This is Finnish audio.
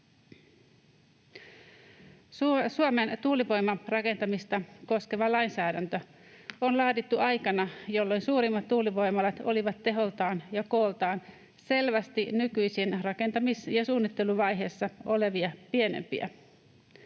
Suomen tuulivoiman rakentamista koskeva lainsäädäntö on laadittu aikana, jolloin suurimmat tuulivoimalat olivat teholtaan ja kooltaan selvästi nykyisin rakentamis- ja suunnitteluvaiheessa olevia pienempiä.